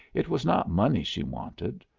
it was not money she wanted.